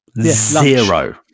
zero